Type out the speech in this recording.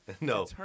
No